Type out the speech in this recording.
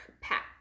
pack